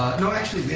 no, actually,